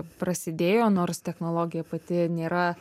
prasidėjo nors technologija pati nėra